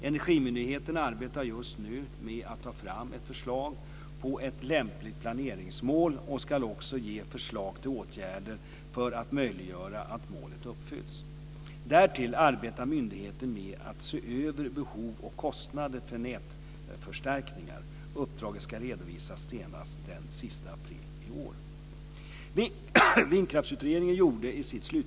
Energimyndigheten arbetar just nu med att ta fram ett förslag på ett lämpligt planeringsmål och ska också ge förslag till åtgärder för att möjliggöra att målet uppfylls. Därtill arbetar myndigheten med att se över behov och kostnader för nätförstärkningar. Uppdraget ska redovisas senast den sista april i år.